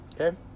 okay